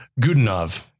Gudinov